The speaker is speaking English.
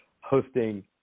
hosting